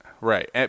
Right